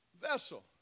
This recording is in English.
vessel